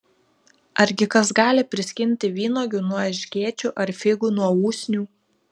argi kas gali priskinti vynuogių nuo erškėčių ar figų nuo usnių